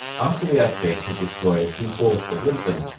after the earthquake had destroyed three-fourths of lisbon,